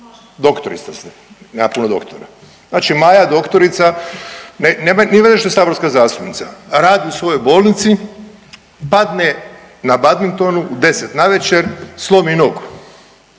doktorica ste, nema puno doktora? Znači Maja doktorica nema veze što je saborska zastupnica, radi u svojoj bolnici, padne na badmintonu u 10 navečer, slomi nogu.